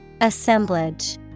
Assemblage